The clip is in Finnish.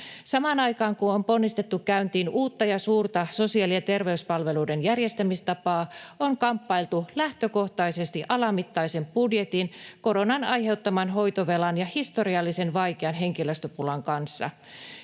Samaan aikaan kun on ponnistettu käyntiin uutta ja suurta sosiaali- ja terveyspalveluiden järjestämistapaa, on kamppailtu lähtökohtaisesti alamittaisen budjetin, koronan aiheuttaman hoitovelan ja historiallisen vaikean henkilöstöpulan kanssa.